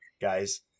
guys